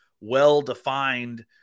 well-defined